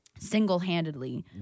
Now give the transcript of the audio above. single-handedly